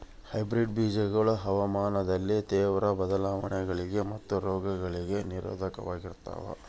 hybrid ಬೇಜಗಳು ಹವಾಮಾನದಲ್ಲಿನ ತೇವ್ರ ಬದಲಾವಣೆಗಳಿಗೆ ಮತ್ತು ರೋಗಗಳಿಗೆ ನಿರೋಧಕವಾಗಿರ್ತವ